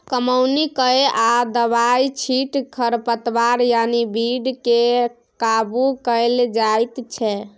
कमौनी कए या दबाइ छीट खरपात यानी बीड केँ काबु कएल जाइत छै